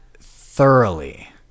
thoroughly